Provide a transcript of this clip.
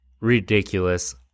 ridiculous